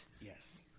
Yes